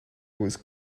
was